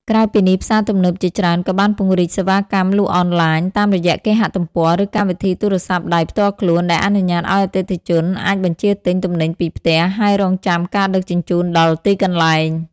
ក្រៅពីនេះ ផ្សារទំនើបជាច្រើនក៏បានពង្រីកសេវាកម្មលក់អនឡាញ តាមរយៈគេហទំព័រ ឬកម្មវិធីទូរសព្ទដៃផ្ទាល់ខ្លួន ដែលអនុញ្ញាតឲ្យអតិថិជនអាចបញ្ជាទិញទំនិញពីផ្ទះ ហើយរង់ចាំការដឹកជញ្ជូនដល់ទីកន្លែង។